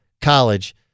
college